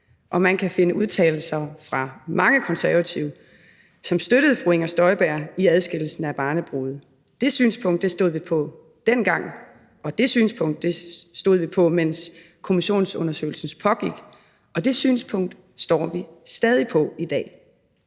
og man kan finde udtalelser fra mange konservative, som støttede fru Inger Støjberg i adskillelsen af barnebrude. Det synspunkt stod vi på dengang, og det synspunkt stod vi på, mens kommissionsundersøgelsen pågik, og det synspunkt står vi stadig på i dag.